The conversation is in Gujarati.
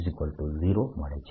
B0 મળે છે